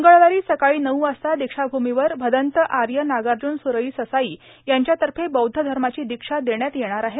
मंगळवारी सकाळी नऊ वाजता दीक्षाभूमीवर भदंत आर्य नागार्जुन सुरई ससाई यांच्यातर्फे बौद्ध धर्माची दीक्षा देण्यात येणाऱ आहे